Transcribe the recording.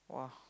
!wah!